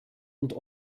und